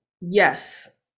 yes